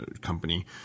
company